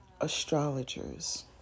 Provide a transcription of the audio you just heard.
astrologers